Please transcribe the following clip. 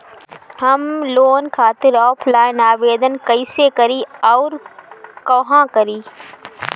हम लोन खातिर ऑफलाइन आवेदन कइसे करि अउर कहवा करी?